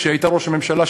כשהייתה ראש הממשלה,